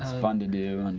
fun to do and